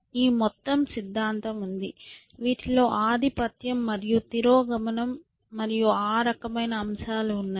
ఈ మొత్తం సిద్ధాంతం ఉంది వీటిలో ఆధిపత్యం మరియు తిరోగమనం మరియు ఆ రకమైన అంశాలు ఉన్నాయి